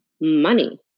money